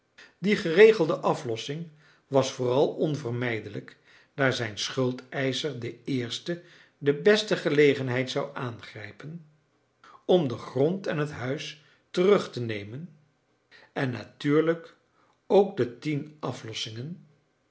die geregelde aflossing was vooral onvermijdelijk daar zijn schuldeischer de eerste de beste gelegenheid zou aangrijpen om den grond en het huis terug te nemen en natuurlijk ook de tien aflossingen